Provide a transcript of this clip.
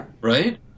right